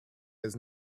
does